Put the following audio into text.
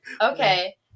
Okay